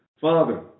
Father